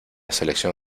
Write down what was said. selección